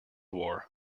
war